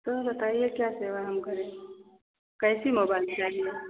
तो बताइए क्या सेवा हम करे कैसा मोबाइल चाहिए